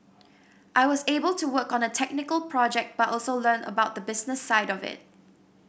I was able to work on a technical project but also learn about the business side of it